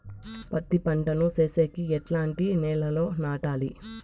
పత్తి పంట ను సేసేకి ఎట్లాంటి నేలలో నాటాలి?